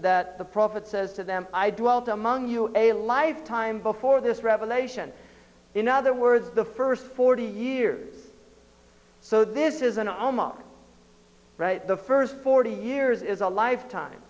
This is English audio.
that the prophet says to them i do well to among you a lifetime before this revelation in other words the first forty years so this is an aroma the first forty years is a lifetime